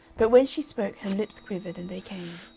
but when she spoke her lips quivered, and they came.